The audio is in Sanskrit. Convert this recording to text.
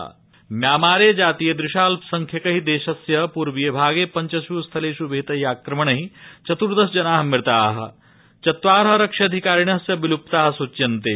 म्यामार आक्रमणम् म्यामारे जातीयदृशा अल्पसंख्यकै देशस्य पूर्वीये भागे पञ्चास् स्थलेष् विहितै आक्रमणै चतुर्दश जना मृता चत्वार लक्ष्यधिकारिणश्च विल्प्ता सूच्चन्ते